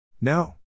No